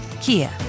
Kia